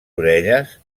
orelles